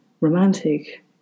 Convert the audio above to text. romantic